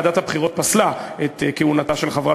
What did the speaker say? ועדת הבחירות פסלה את כהונתה של חברת